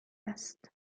است